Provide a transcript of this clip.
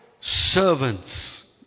servants